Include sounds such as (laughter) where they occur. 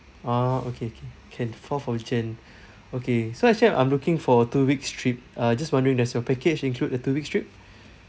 ah okay K can fourth of jan (breath) okay so actually I'm looking for a two weeks trip uh just wondering does your package include a two weeks trip